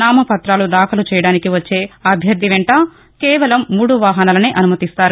నామ పతాలు దాఖలు చేయడానికి వచ్చే అభ్యర్థి వెంట కేవలం మూడు వాహనాలనే అనుమతిస్తారు